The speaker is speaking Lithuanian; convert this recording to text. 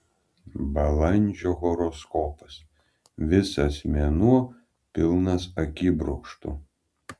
balandžio horoskopas visas mėnuo pilnas akibrokštų